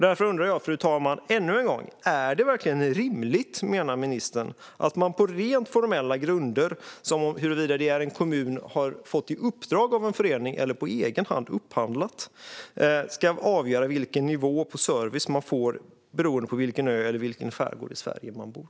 Därför undrar jag, fru talman, ännu en gång: Är det verkligen rimligt, menar ministern, att det är rent formella grunder, som huruvida en kommun har fått i uppdrag av en förening att upphandla eller på egen hand upphandlat, som ska avgöra vilken nivå på service man får beroende på vilken ö eller i vilken skärgård i Sverige man bor?